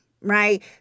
right